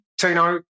tino